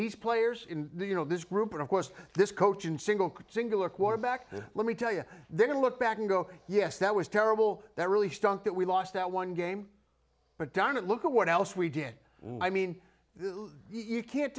these players you know this group of course this coach and single singular quarterback let me tell you they're going to look back and go yes that was terrible that really stunk that we lost that one game but darn it look at what else we did i mean you can't